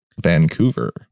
Vancouver